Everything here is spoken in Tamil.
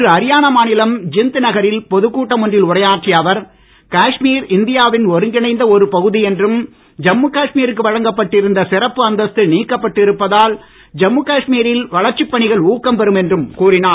இன்று அரியானா மாநிலம் ஜிந்த் நகரில் பொதுக் கூட்டம் ஒன்றில் உரையாற்றிய அவர் காஷ்மீர் இந்தியாவின் ஒருங்கிணைந்த ஒரு பகுதி என்றும் ஜம்மு காஷ்மீருக்கு வழங்கப்பட்டிருந்த சிறப்பு அந்தஸ்து நீக்கப்பட்டு இருப்பதால் ஜம்மு காஷ்மீரில் வளர்ச்சிப் பணிகள் ஊக்கம் பெறும் என்றும் கூறினார்